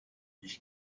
ich